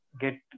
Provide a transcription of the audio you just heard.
get